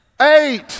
Eight